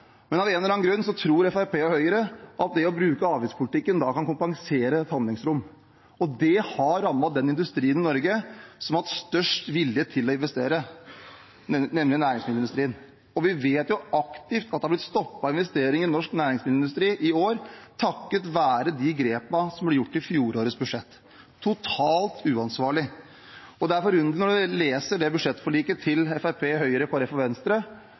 Men av en eller annen grunn tror Fremskrittspartiet og Høyre at det å bruke avgiftspolitikken kan kompensere et handlingsrom. Det har rammet den industrien i Norge som har hatt størst vilje til å investere, nemlig næringsmiddelindustrien. Vi vet jo at investeringer i norsk næringsmiddelindustri aktivt har blitt stoppet i år, takket være de grepene som ble tatt i fjorårets budsjett. Dette er totalt uansvarlig. Når man leser budsjettforliket fra Høyre, Fremskrittspartiet, Venstre og Kristelig Folkeparti, er det